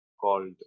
called